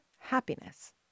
happiness